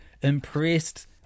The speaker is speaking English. impressed